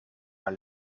haar